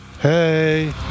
Hey